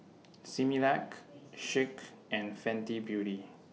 Similac Schick and Fenty Beauty